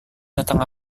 tentang